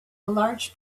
large